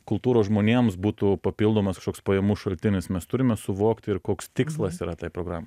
kultūros žmonėms būtų papildomas kažkoks pajamų šaltinis mes turime suvokti ir koks tikslas yra tai programai